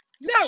no